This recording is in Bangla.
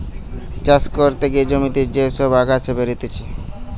চাষ করতে গিয়ে জমিতে যে সব আগাছা বেরতিছে